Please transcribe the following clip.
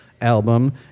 album